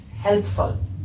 helpful